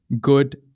good